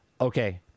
okay